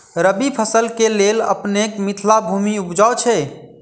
रबी फसल केँ लेल अपनेक मिथिला भूमि उपजाउ छै